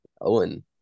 Owen